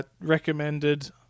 Recommended